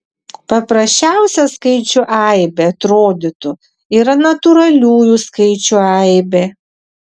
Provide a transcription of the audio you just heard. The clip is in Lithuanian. paprasčiausia skaičių aibė atrodytų yra natūraliųjų skaičių aibė